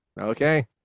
Okay